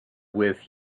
with